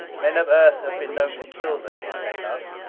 men of earth have been known to kill the thing they love.